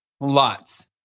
Lots